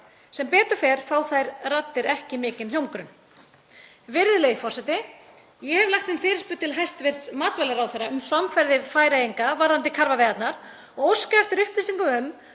Sem betur fer fá þær raddir ekki mikinn hljómgrunn. Virðulegi forseti. Ég hef lagt inn fyrirspurn til hæstv. matvælaráðherra um framferði Færeyinga varðandi karfaveiðarnar og óska eftir upplýsingum um